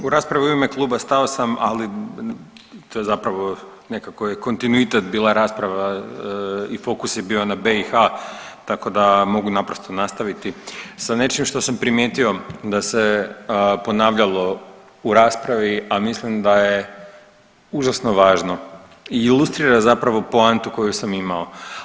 U raspravi u ime kluba stao sam, ali to je zapravo nekako je kontinuitet bila rasprava i fokus je bio na BiH tako da mogu naprosto nastaviti sa nečim što sam primijetio da se ponavljalo u raspravi, a mislim da je užasno važno i ilustrira zapravo poantu koju sam imao.